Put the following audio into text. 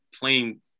playing